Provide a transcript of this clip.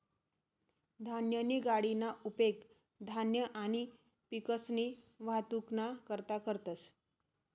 धान्यनी गाडीना उपेग धान्य आणि पिकसनी वाहतुकना करता करतंस